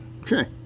Okay